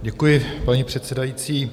Děkuji, paní předsedající.